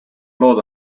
lood